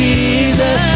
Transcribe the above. Jesus